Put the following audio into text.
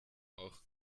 auch